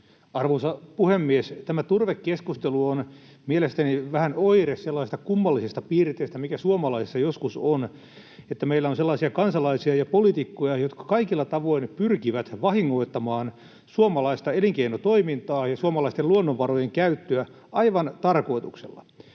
Arvoisa puhemies! Tämä turvekeskustelu on mielestäni vähän oire sellaisesta kummallisesta piirteestä, mikä suomalaisissa joskus on, että meillä on sellaisia kansalaisia ja poliitikkoja, jotka kaikilla tavoin pyrkivät vahingoittamaan suomalaista elinkeinotoimintaa ja suomalaisten luonnonvarojen käyttöä aivan tarkoituksella.